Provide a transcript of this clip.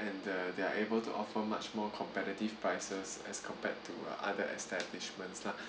and uh they're able to offer much more competitive prices as compared to other establishments lah